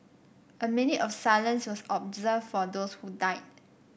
a minute of silence was observed for those who died